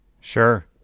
Sure